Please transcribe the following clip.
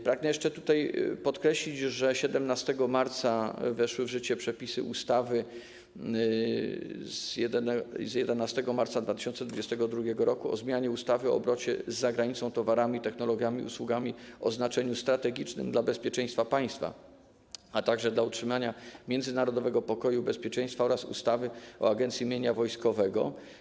Pragnę jeszcze podkreślić, że 17 marca weszły w życie przepisy ustawy z 11 marca 2022 r. o zmianie ustawy o obrocie z zagranicą towarami, technologiami, usługami o znaczeniu strategicznym dla bezpieczeństwa państwa, a także dla utrzymania międzynarodowego pokoju i bezpieczeństwa oraz ustawy o Agencji Mienia Wojskowego.